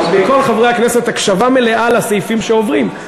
מכל חברי הכנסת הקשבה מלאה לסעיפים שעוברים,